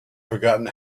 forgotten